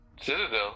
citadel